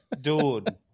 Dude